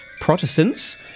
Protestants